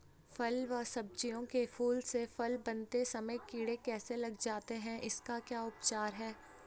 फ़ल व सब्जियों के फूल से फल बनते समय कीड़े कैसे लग जाते हैं इसका क्या उपचार है?